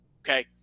okay